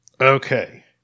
Okay